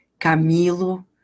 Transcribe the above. Camilo